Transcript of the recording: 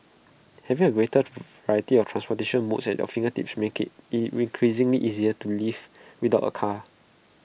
having A greater variety of transportation modes at your fingertips helps make IT increasingly easy to live without A car